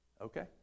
Okay